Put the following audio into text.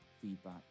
feedback